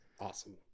awesome